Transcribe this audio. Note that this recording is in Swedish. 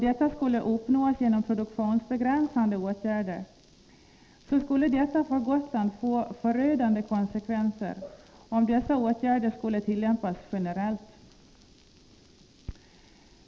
Detta skulle uppnås genom produktionsbegränsande åtgärder, och det skulle för Gotland leda till förödande konsekvenser om dessa åtgärder skulle tillämpas generellt.